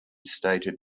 stated